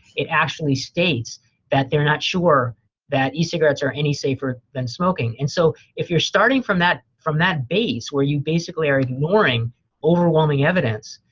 it actually states that they're not sure that e-cigarettes are any safer than smoking. and so if you're starting from that from that base, where you basically are ignoring overwhelming evidence,